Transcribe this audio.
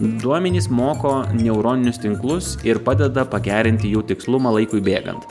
duomenys moko neuroninius tinklus ir padeda pagerinti jų tikslumą laikui bėgant